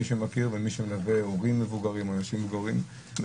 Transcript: מי שמכיר ומי שמלווה הורים מבוגרים או אנשים מבוגרים,